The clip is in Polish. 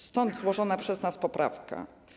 Stąd złożona przez nas poprawka.